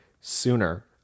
sooner